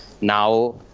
Now